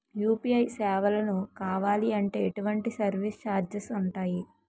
UPI సేవలను కావాలి అంటే ఎటువంటి సర్విస్ ఛార్జీలు ఉంటాయి?